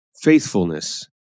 Faithfulness